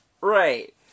right